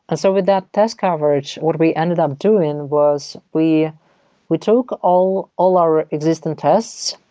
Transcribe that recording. so with that test coverage, what we ended up doing was we we took all all our existent tests.